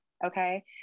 Okay